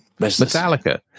Metallica